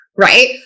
Right